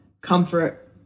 comfort